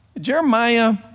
Jeremiah